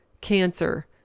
cancer